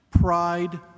pride